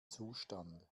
zustand